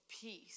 peace